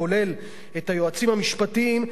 כולל את היועצים המשפטיים,